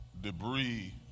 debris